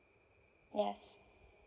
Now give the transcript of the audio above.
yes